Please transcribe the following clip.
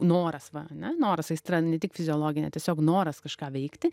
noras va ane noras aistra ne tik fiziologinė tiesiog noras kažką veikti